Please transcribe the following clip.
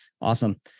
Awesome